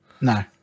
No